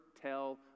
tell